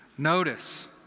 notice